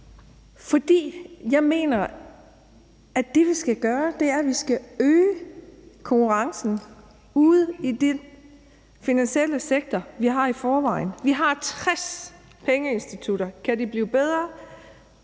Fordi jeg mener, at det, vi skal gøre, er, at vi skal øge konkurrencen ude i den finansielle sektor, vi har i forvejen. Vi har 60 pengeinstitutter. Kan det blive bedre?